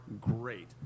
great